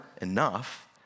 enough